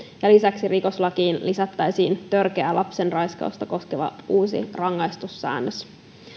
ja lisäksi rikoslakiin lisättäisiin törkeää lapsenraiskausta koskeva uusi rangaistussäännös